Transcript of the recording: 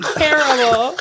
terrible